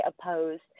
opposed